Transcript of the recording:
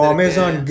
Amazon